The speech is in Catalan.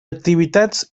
activitats